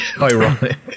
ironic